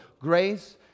grace